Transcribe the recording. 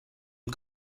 end